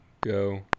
go